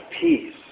peace